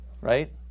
right